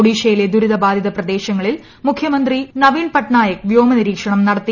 ഒഡീഷയിലെ ദുരിതബാധിത പ്രദേശങ്ങളിൽ മുഖ്യമന്ത്രി നവീൻ പട്നായിക് വ്യോമ നിരീക്ഷണം നടത്തി